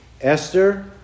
Esther